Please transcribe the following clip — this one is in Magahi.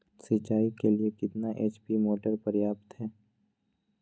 सिंचाई के लिए कितना एच.पी मोटर पर्याप्त है?